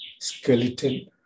skeleton